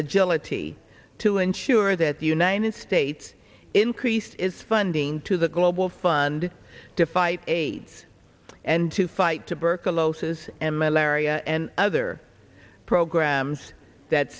agility to ensure that the united states increased its funding to the global fund to fight aids and to fight tuberculosis and malaria and other programs that